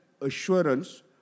assurance